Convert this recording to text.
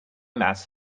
mass